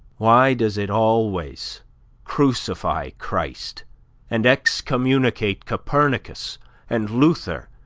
why does it always crucify christ and excommunicate copernicus and luther,